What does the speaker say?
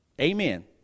Amen